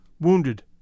wounded